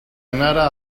anara